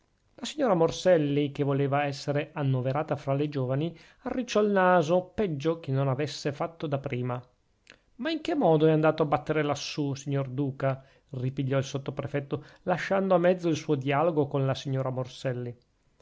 la signora morselli che voleva essere annoverata fra le giovani arricciò il naso peggio che non avesse fatto da prima ma in che modo è andato a battere lassù signor duca ripigliò il sottoprefetto lasciando a mezzo il suo dialogo con la signora morselli